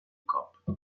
cop